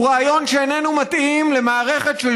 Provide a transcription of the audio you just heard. הוא רעיון שאיננו מתאים למערכת של